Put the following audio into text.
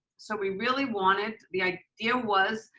so we really wanted the idea was